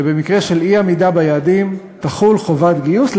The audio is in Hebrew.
שבמקרה של אי-עמידה ביעדים תחול חובת גיוס,